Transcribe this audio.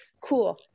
Cool